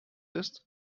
ist